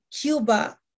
Cuba